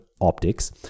optics